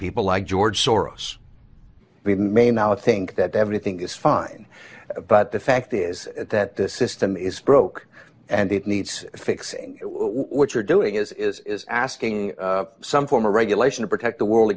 people like george soros we may now think that everything is fine but the fact is that the system is broke and it needs fixing what you're doing is asking some former regulation to protect the world